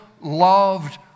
loved